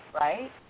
right